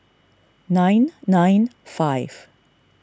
nine nine five